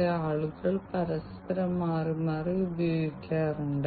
വ്യാവസായിക IoT പരിഹാരങ്ങൾ എങ്ങനെ സഹായിക്കുമെന്ന് നമ്മൾ ശരിക്കും മനസ്സിലാക്കേണ്ടതുണ്ട്